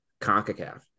CONCACAF